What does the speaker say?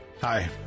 Hi